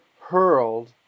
hurled